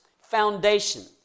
Foundation